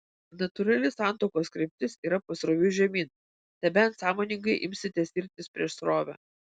natūrali santuokos kryptis yra pasroviui žemyn nebent sąmoningai imsitės irtis prieš srovę